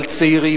על צעירים,